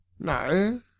No